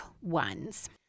ones